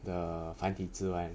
the 繁体字 [one]